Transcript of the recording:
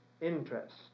interest